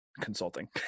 consulting